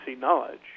knowledge